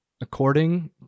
According